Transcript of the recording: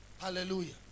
Hallelujah